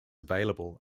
available